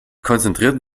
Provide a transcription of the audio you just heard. konzentrierten